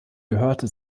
gehörte